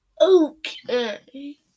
okay